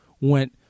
went